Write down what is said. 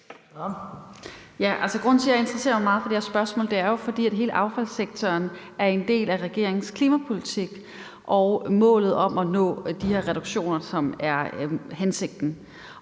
(UFG): Grunden til, at jeg interesserer mig meget for det her spørgsmål, er jo, at hele affaldssektoren er en del af regeringens klimapolitik og målet om at nå de her reduktioner, som det er hensigten